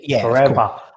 forever